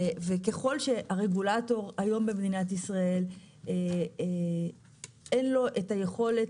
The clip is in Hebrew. ככל שהרגולטור היום במדינת ישראל אין לו היכולת